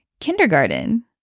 kindergarten